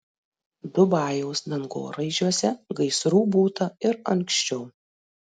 dubajaus dangoraižiuose gaisrų būta ir anksčiau